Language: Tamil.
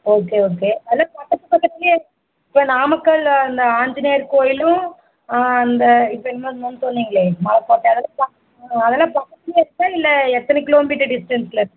ஓகே ஓகே அதெல்லாம் பக்கத்து பக்கத்துலயே இப்போ நாமக்கல்ல அந்த ஆஞ்சநேயர் கோயிலும் இந்த இப்போ இன்னொன்று என்ன சொன்னிங்களே மலைக்கோட்டை அதெல்லாம் பக்கத்துலயே இருக்கா இல்லை எத்தனை கிலோ மீட்டர் டிஸ்டன்ஸில் இருக்கு